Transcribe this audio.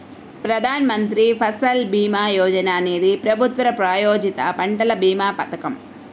ప్రధాన్ మంత్రి ఫసల్ భీమా యోజన అనేది ప్రభుత్వ ప్రాయోజిత పంటల భీమా పథకం